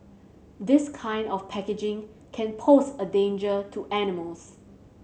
this kind of packaging can pose a danger to animals